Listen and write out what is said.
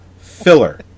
Filler